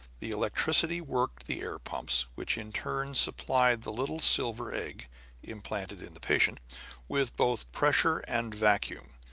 the electricity worked the air-pumps, which in turn supplied the little silver egg implanted in the patient with both pressure and vacuum,